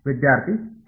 ವಿದ್ಯಾರ್ಥಿ ಕೆ